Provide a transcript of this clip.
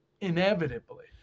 Inevitably